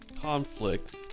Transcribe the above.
conflict